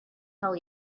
tell